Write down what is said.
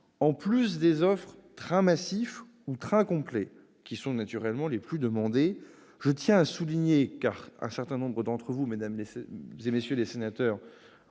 en plus des offres « train massif » ou « train entier », qui sont naturellement les plus demandées, je tiens à souligner- un certain nombre d'entre vous, mesdames, messieurs les sénateurs,